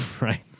right